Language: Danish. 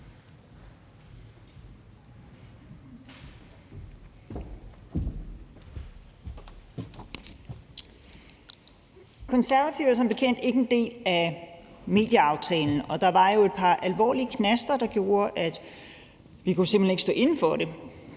Konservative er som bekendt ikke en del af medieaftalen, og der var jo et par alvorlige knaster, der gjorde, at vi simpelt hen ikke kunne stå inde for den.